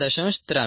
78 8